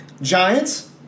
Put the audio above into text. Giants